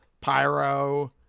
Pyro